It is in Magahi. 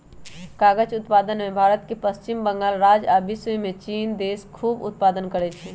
कागज़ उत्पादन में भारत के पश्चिम बंगाल राज्य आ विश्वमें चिन देश खूब उत्पादन करै छै